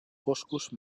foscos